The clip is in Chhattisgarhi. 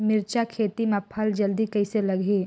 मिरचा खेती मां फल जल्दी कइसे लगही?